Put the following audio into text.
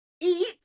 eat